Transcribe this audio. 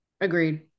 Agreed